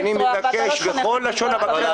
אתה לא תחנך אותי.